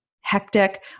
hectic